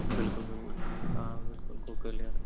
بِلکُل بِلکُل ٹھیٖک آ بِلکُل گوٚو کلیر